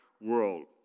world